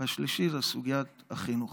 והשלישית זו סוגיית החינוך.